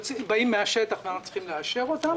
שבאים מן השטח ואנחנו צריכים לאשר אותם.